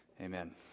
Amen